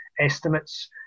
Estimates